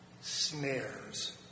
snares